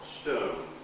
stone